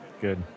Good